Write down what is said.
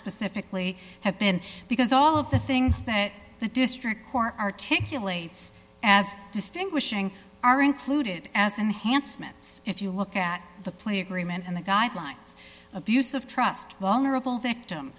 specifically have been because all of the things that the district court articulate as distinguishing are included as enhanced mit's if you look at the plea agreement and the guidelines abuse of trust vulnerable victim